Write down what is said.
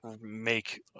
make